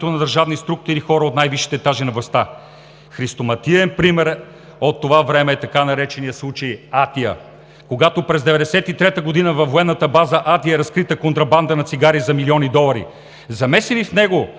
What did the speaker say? на държавни структури, хора от най-висшите етажи на властта. Христоматиен пример от това време е така нареченият „случай Атия“, когато през 1993 г. във военната база „Атия“ е разкрита контрабанда на цигари за милиони долари. Замесени в него